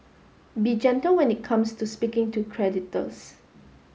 be gentle when it comes to speaking to creditors